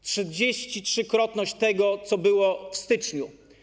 Trzydziestotrzykrotność tego, co było w styczniu.